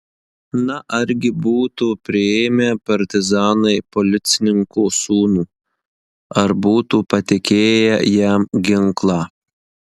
na argi būtų priėmę partizanai policininko sūnų ar būtų patikėję jam ginklą